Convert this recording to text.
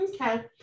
Okay